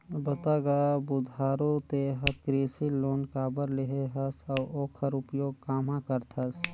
बता गा बुधारू ते हर कृसि लोन काबर लेहे हस अउ ओखर उपयोग काम्हा करथस